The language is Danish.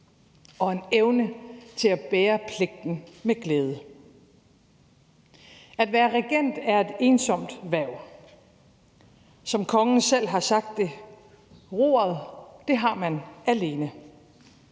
og en evne til at bære pligten med glæde. At være regent er et ensomt hverv. Som kongen selv har sagt det: »Roret, det har man alene.«